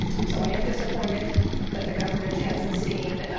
so i am disappointed that the government hasn't seen